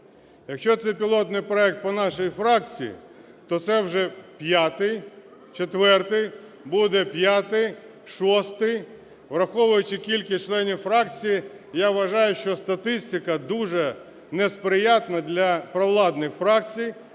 Якщо це пілотний проект по нашій фракції, то це вже п'ятий, четвертий, буде п'ятий, шостий. Враховуючи кількість членів фракції, я вважаю, що статистика дуже несприятна для провладних фракцій,